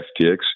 FTX